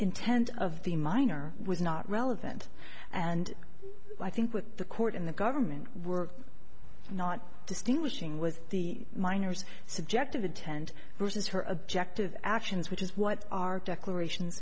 intent of the miner was not relevant and i think what the court and the government were not distinguishing was the miners subjective intent versus her objective actions which is what our declaration